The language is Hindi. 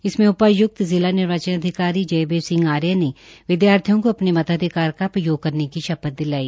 इसमें उपायुक्त एवं जिला निर्वाचन अधिकारी जयवीर सिंह आर्य ने विदयार्थियों को अपने मताधिकार का प्रयोग करने की शपथ दिलाई